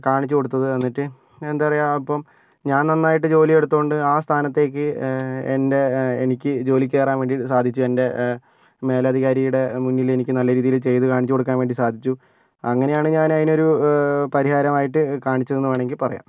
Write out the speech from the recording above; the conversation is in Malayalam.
കാണിച്ചു കൊടുത്തത് എന്നിട്ട് എന്താ പറയുക ഇപ്പം ഞാൻ നന്നായിട്ടു ജോലിയെടുത്തത് കൊണ്ട് ആ സ്ഥാനത്തേക്ക് എൻ്റെ എനിക്ക് ജോലിക്കു കയറാൻ വേണ്ടിയിട്ട് സാധിച്ചു എൻ്റെ മേലധികാരിയുടെ മുന്നിൽ എനിക്ക് നല്ല രീതിയിൽ ചെയ്തു കാണിച്ചു കൊടുക്കാൻ വേണ്ടിയിട്ട് സാധിച്ചു അങ്ങനെയാണ് ഞാനതിനൊരു പരിഹാരമായിട്ട് കാണിച്ചത് എന്ന് വേണമെങ്കിൽ പറയാം